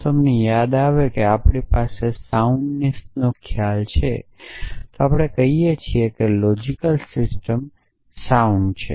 જો તમને યાદ આવે કે આપણી પાસે સાઉન્ડનેસ ખ્યાલ છે તો આપણે કહીએ છીએ કે લોજિકલ સિસ્ટમ સાઉન્ડ છે